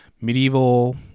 medieval